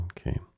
Okay